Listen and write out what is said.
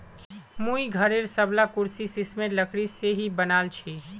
मुई घरेर सबला कुर्सी सिशमेर लकड़ी से ही बनवाल छि